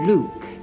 Luke